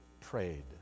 prayed